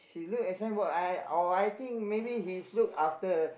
she look at signboard I or I think maybe he's look after